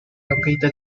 located